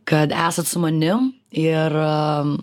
kad esat su manim ir